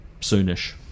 soonish